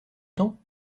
temps